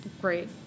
great